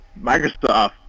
Microsoft